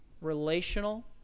relational